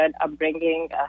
upbringing